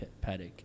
paddock